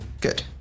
Good